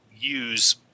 use